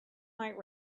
might